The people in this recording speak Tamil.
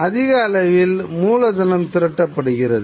அதிக அளவில் மூலதனம் திரட்டப்படுகிறது